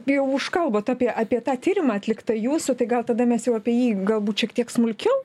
jau užkalbot apie apie tą tyrimą atliktą jūsų tai gal tada mes jau apie jį galbūt šiek tiek smulkiau